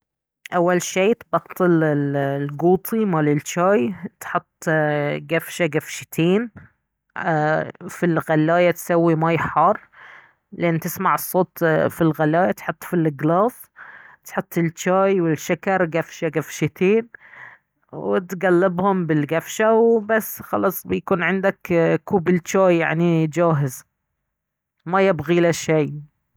اول شي تبطل القوطي مال الشاي تحط قفشة قفشتين ايه في الغلاية تسوي مي حار لين تسمع الصوت في الغلاية تحط في القلاس تحط الشاي والشكر قفشة قفشتين وتقلبهم بالقفشة وبس خلص بيكون عندك كوب الشاي يعني جاهز ما يبغي له شي